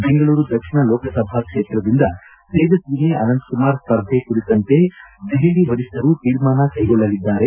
ಬೆಂಗಳೂರು ದಕ್ಷಿಣ ಲೋಕಸಭಾ ಕ್ಷೇತ್ರದಿಂದ ತೇಜಸ್ವಿನಿ ಅನಂತ್ ಕುಮಾರ್ ಸ್ಪರ್ಧೆ ಕುರಿತಂತೆ ದೆಪಲಿ ವರಿಷ್ಠರು ಶೀರ್ಮಾನ ಕೈಗೊಳ್ಳಲಿದ್ದಾರೆ